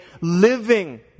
living